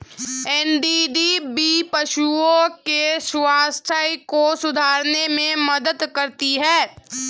NDDB पशुओं के स्वास्थ्य को सुधारने में मदद करती है